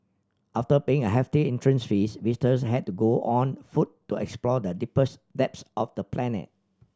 after paying a hefty entrance fee visitors had to go on foot to explore the deepest depths of the planet